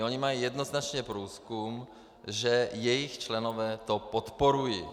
Oni mají jednoznačně průzkum, že jejich členové to podporují.